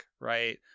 right